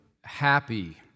happy